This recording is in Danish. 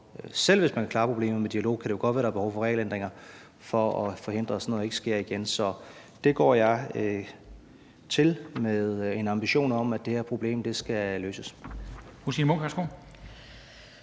Selv hvis man kan klare problemet med dialog, kan det jo godt være, at der er behov for regelændringer for at forhindre, at sådan noget ikke sker igen. Så det går jeg til med en ambition om, at det her problem skal løses.